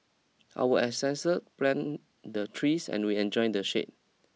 our ancestors planted the trees and we enjoy the shade